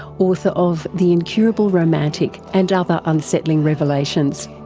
author of the incurable romantic, and other unsettling revelations.